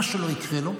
מה שלא יקרה לו,